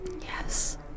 Yes